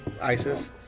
ISIS